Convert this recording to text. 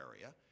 area